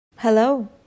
Hello